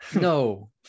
No